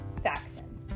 Saxon